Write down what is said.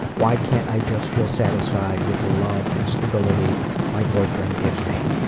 why can't i just feel satisfied with the love and stability my boyfriend gives me?